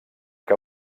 que